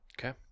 Okay